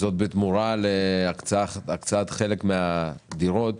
זאת בתמורה להקצאת חלק מהדירות